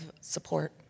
support